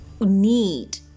need